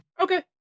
Okay